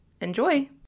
Enjoy